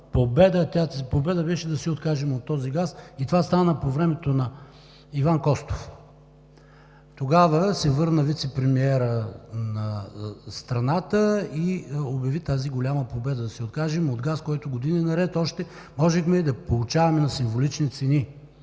победа беше да се откажем от този газ. Това стана по времето на Иван Костов. Тогава се върна вицепремиерът на страната и обяви тази голяма победа – да се откажем от газ, който години наред още можехме да получаваме на символични цени.